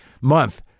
month